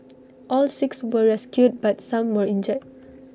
all six were rescued but some were injured